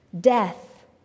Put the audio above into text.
Death